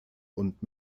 und